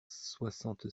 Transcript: soixante